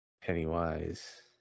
Pennywise